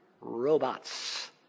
robots